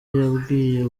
yabwiye